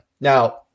now